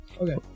Okay